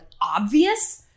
obvious